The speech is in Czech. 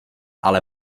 ale